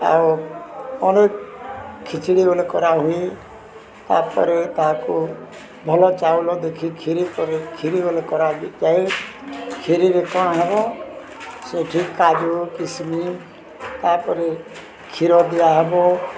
ଆଉ ଅନେକ ଖିଚଡ଼ି ବଲେ କରା ହୁୁଏ ତା'ପରେ ତାହାକୁ ଭଲ ଚାଉଳ ଦେଖି କ୍ଷୀରି କରି କ୍ଷୀରି ଗଲେ କରାନ୍ତି କ୍ଷୀରିରେ କ'ଣ ହବ ସେଠି କାଜୁ କିସମିସ୍ ତା'ପରେ କ୍ଷୀର ଦିଆହବ